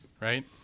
right